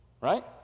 right